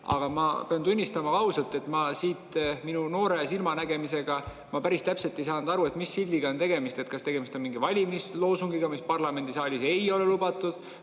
pean ausalt tunnistama, et ma siit oma noore silmanägemisega päris täpselt ei saanud aru, mis sildiga on tegemist: kas tegemist on mingi valimisloosungiga, mis parlamendisaalis ei ole lubatud,